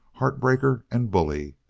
heart-breaker, and bully.